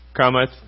cometh